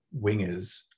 wingers